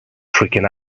tricking